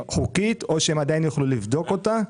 חוקית או שהם עדיין יוכלו לבדוק אותה.